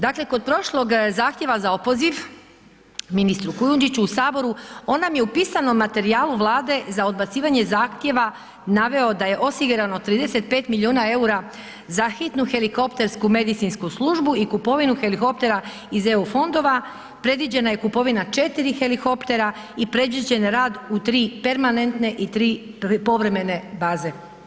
Dakle, kod prošlog zahtjeva za opoziv ministru Kujundžiću u saboru on nam je u pisanom materijalu Vlade za odbacivanje zahtjeva naveo da je osigurano 35 miliona EUR-a za hitnu helikoptersku medicinsku službu i kupovinu helikoptera iz EU fondova, predviđena je kupovina 4 helikoptera i predviđen rad u 3 permanentne i 3 povremene baze.